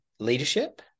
leadership